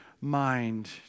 mind